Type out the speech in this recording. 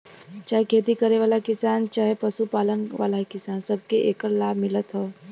चाहे खेती करे वाला किसान चहे पशु पालन वाला किसान, सबके एकर लाभ मिलत हौ